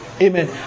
Amen